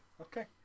okay